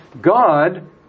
God